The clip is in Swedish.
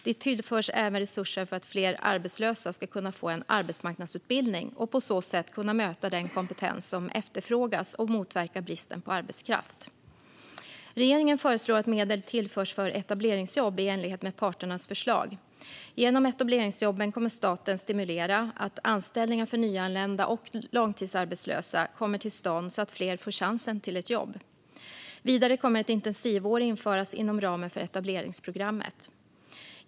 Det tillförs även resurser för att fler arbetslösa ska kunna få en arbetsmarknadsutbildning och på så sätt kunna möta den kompetens som efterfrågas och motverka bristen på arbetskraft. Regeringen föreslår att medel tillförs för etableringsjobb i enlighet med parternas förslag. Genom etableringsjobben kommer staten att stimulera att anställningar för nyanlända och långtidsarbetslösa kommer till stånd så att fler får chansen till ett jobb. Vidare kommer ett intensivår att införas inom ramen för etableringsprogrammet.